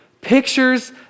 pictures